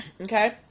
okay